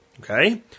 Okay